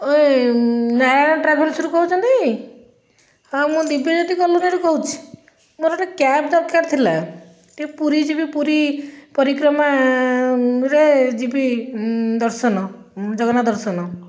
ଏଇ ନାରାୟଣ ଟ୍ରାଭେଲର୍ସରୁ କହୁଛନ୍ତି ହଁ ମୁଁ ଦିବ୍ୟଜ୍ୟୋତି କଲୋନୀରୁ କହୁଛି ମୋର ଗୋଟେ କ୍ୟାବ୍ ଦରକାର ଥିଲା ଟିକିଏ ପୁରୀ ଯିବି ପୁରୀ ପରିକ୍ରମାରେ ଯିବି ଦର୍ଶନ ଜଗନ୍ନାଥ ଦର୍ଶନ